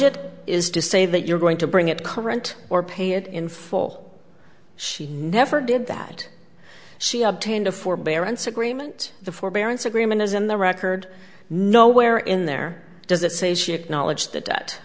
it is to say that you're going to bring it current or pay it in full she never did that she obtained a forbearance agreement the forbearance agreement is in the record nowhere in there does it say she acknowledged th